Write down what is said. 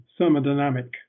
thermodynamic